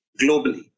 globally